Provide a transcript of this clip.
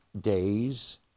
days